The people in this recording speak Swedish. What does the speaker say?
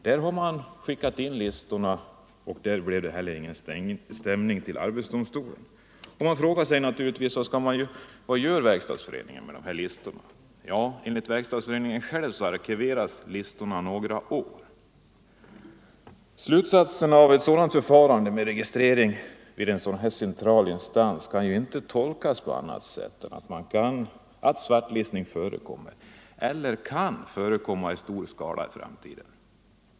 Där har man skickat in listorna, men i det fallet blev det ingen stämning till arbetsdomstolen. Man frågar sig naturligtvis vad Verkstadsföreningen gör med dessa listor. Enligt Verkstadsföreningens egna uppgifter arkiveras listorna några år. Att man har ett sådant förfarande med registrering i denna centrala instans kan inte tolkas på annat sätt än att svartlistning förekommer eller kan komma att förekomma i stor skala i framtiden.